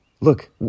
Look